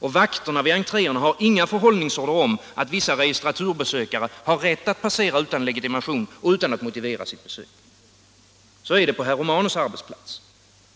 Vakterna vid entréerna har inga förhållningsorder om att vissa registraturbesökare har rätt att passera utan legitimation och utan att motivera sitt besök. Så är det på herr Romanus arbetsplats.